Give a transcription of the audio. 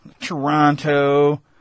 Toronto